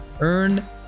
Earn